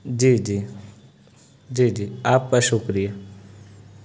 جی جی جی جی آپ کا شکریہ